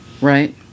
right